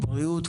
בריאות,